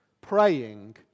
praying